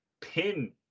pin